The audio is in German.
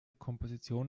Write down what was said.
komposition